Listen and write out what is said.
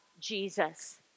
Jesus